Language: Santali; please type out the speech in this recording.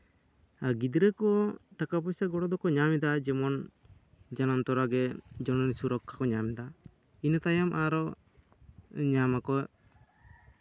ᱟᱨ ᱜᱤᱫᱽᱨᱟᱹ ᱠᱚ ᱴᱟᱠᱟᱼᱯᱚᱭᱥᱟ ᱜᱚᱲᱚ ᱫᱚᱠᱚ ᱧᱟᱢᱮᱫᱟ ᱡᱮᱢᱚᱱ ᱡᱟᱱᱟᱢ ᱛᱚᱨᱟ ᱜᱮ ᱡᱚᱱᱚᱱᱤ ᱥᱩᱨᱚᱠᱠᱷᱟ ᱠᱚ ᱧᱟᱢᱫᱟ ᱤᱱᱟᱹ ᱛᱟᱭᱚᱢ ᱟᱨᱚ ᱧᱟᱢᱟᱠᱚ